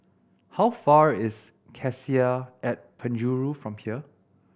how far is Cassia at Penjuru from here